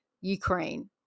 Ukraine